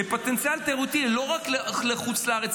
ופוטנציאל תיירותי לא רק לחוץ לארץ,